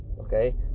okay